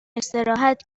استراحت